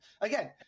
Again